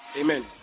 Amen